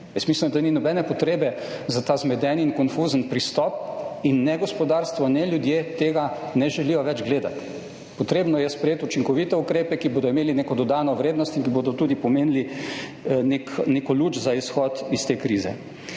mislim, da ni nobene potrebe za ta zmeden in konfuzen pristop in ne gospodarstvo ne ljudje tega ne želijo več gledati. Potrebno je sprejeti učinkovite ukrepe, ki bodo imeli neko dodano vrednost in ki bodo tudi pomenili neko luč za izhod iz te krize.